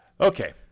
Okay